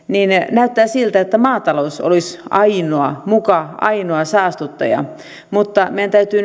näyttää siltä että maatalous olisi muka ainoa saastuttaja mutta meidän täytyy